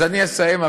אז אסיים,